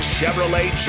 Chevrolet